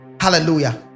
hallelujah